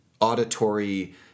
auditory